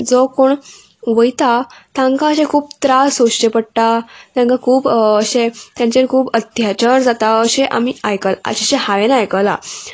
जो कोण वयता तांकां अशें खूब त्रास सोंसचे पडटा तांकां खूब अशें तेंचेर खूब अत्याचार जाता अशें आमी आयकल अश्शें हांवें आयकलां